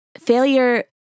Failure